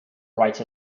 write